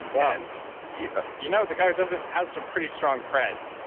and and you know the guy who does it has some pretty strong cred